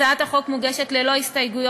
הצעת החוק מוגשת ללא הסתייגויות,